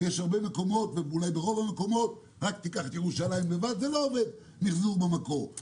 ויש הרבה מקומות כמו ירושלים שמיחזור במקור לא עובד.